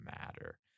matter